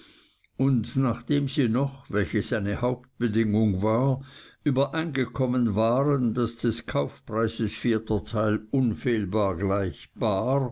und nachdem sie noch welches eine hauptbedingung war übereingekommen waren daß des kaufpreises vierter teil unfehlbar gleich